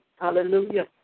Hallelujah